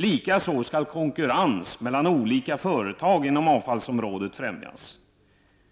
Likaså skall konkurrens mellan olika företag inom avfallsområdet främjas.